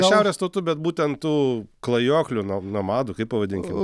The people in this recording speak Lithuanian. šiaurės tautų bet būtent tų klajoklių no nomadų kaip pavadinkim